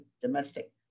domestic